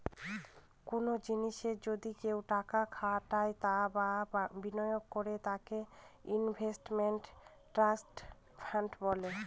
কোনো জিনিসে যদি কেউ টাকা খাটায় বা বিনিয়োগ করে তাকে ইনভেস্টমেন্ট ট্রাস্ট ফান্ড বলে